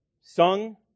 sung